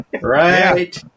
Right